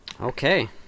Okay